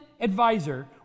advisor